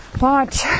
watch